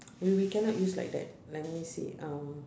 we we cannot use like that let me see um